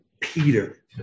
Peter